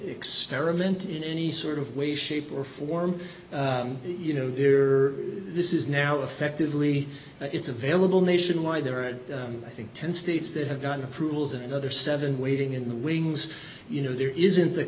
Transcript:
experiment in any sort of way shape or form you know this is now effectively it's available nationwide there are i think ten states that have gotten approvals and another seven waiting in the wings you know there isn't th